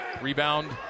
Rebound